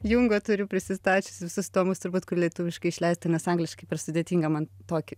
jungo turiu prisistačiusi visus tomus turbūt lietuviškai išleistą nes angliškai per sudėtinga man tokį